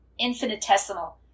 infinitesimal